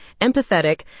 empathetic